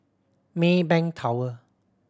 Maybank Tower